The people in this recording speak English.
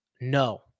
No